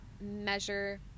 measure